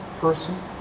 person